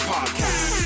Podcast